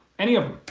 any of them.